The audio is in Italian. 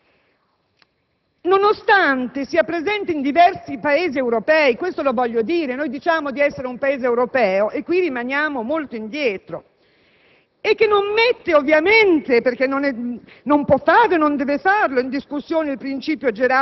Questa richiesta di sindacato, vista con sospetto in molti ambienti, nonostante sia presente in diversi Paesi europei - lo voglio dire; noi diciamo di essere un Paese europeo ma in questo campo rimaniamo molto indietro